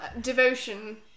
Devotion